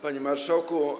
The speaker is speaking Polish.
Panie Marszałku!